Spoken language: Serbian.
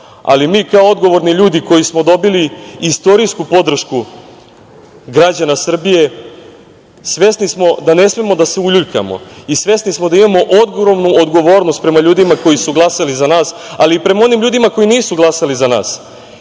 ali mi kao odgovorni ljudi koji smo dobili istorijsku podršku građana Srbije svesni smo da ne smemo da se uljuljkamo i svesni smo da imamo ogromnu odgovornost prema ljudima koji su glasali za nas, ali i prema onima koji nisu glasali za nas.